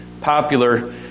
popular